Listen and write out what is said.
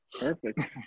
Perfect